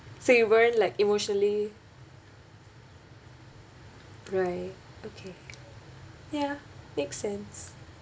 so you weren't like emotionally right okay ya makes sense